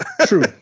True